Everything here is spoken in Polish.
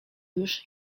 już